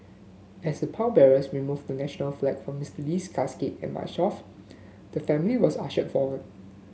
as a pallbearers removed the national flag from Mr Lee's casket and marched off the family was ushered forward